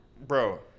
Bro